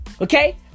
Okay